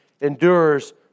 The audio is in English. endures